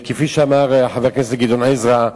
כפי שאמר חבר הכנסת גדעון עזרא,